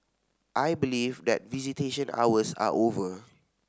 I believe that visitation hours are over